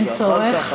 אין צורך.